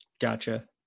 gotcha